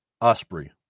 Osprey